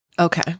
Okay